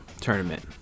tournament